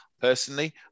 personally